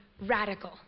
radical